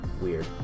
Weird